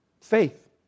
Faith